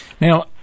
Now